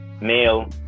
male